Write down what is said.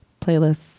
playlists